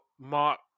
Mark